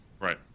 Right